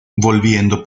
volviendo